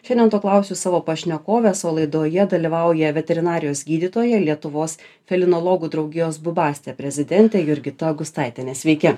šiandien to klausiu savo pašnekovės o laidoje dalyvauja veterinarijos gydytoja lietuvos felinologų draugijos bubaste prezidentė jurgita gustaitienė sveiki